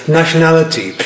nationality